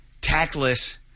tactless